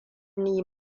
ni